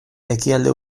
ekialde